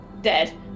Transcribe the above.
dead